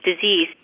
disease